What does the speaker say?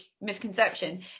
misconception